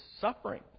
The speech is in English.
suffering